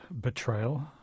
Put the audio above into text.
betrayal